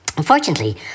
Unfortunately